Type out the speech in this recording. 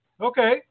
Okay